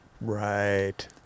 Right